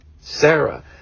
Sarah